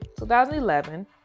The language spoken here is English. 2011